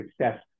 success